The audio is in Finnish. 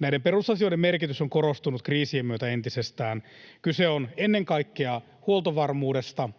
Näiden perusasioiden merkitys on korostunut kriisien myötä entisestään. Kyse on ennen kaikkea huoltovarmuudesta,